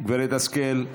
גברת השכל,